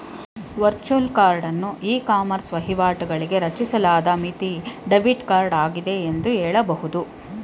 virtual ಕಾರ್ಡನ್ನು ecommerce ವಹಿವಾಟುಗಳಿಗಾಗಿ ರಚಿಸಲಾದ ಮಿತಿ ಡೆಬಿಟ್ ಕಾರ್ಡ್ ಆಗಿದೆ ಎಂದು ಹೇಳಬಹುದು